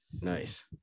Nice